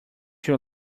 your